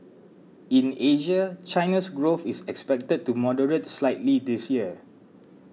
in Asia China's growth is expected to moderate slightly this year